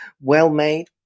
well-made